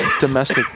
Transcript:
domestic